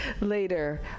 later